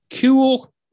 Cool